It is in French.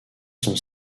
sont